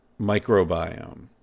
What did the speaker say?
microbiome